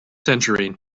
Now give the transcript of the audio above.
century